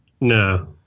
No